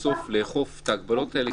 בסוף לאכוף את ההגבלות האלה,